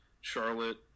Charlotte